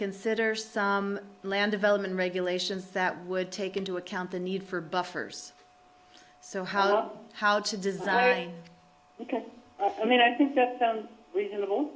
consider some land development regulations that would take into account the need for buffers so how how to design because i mean i think that